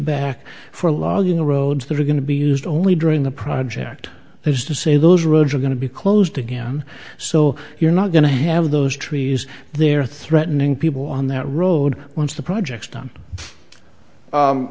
back for logging roads that are going to be used only during the project is to say those roads are going to be closed again so you're not going to have those trees there threatening people on that road once the project's done